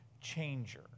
changer